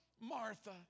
Martha